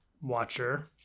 watcher